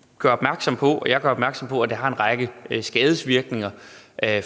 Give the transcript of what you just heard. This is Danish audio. jeg gør opmærksom på, at det har en række skadesvirkninger